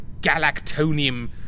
Galactonium